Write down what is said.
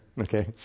Okay